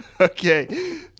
Okay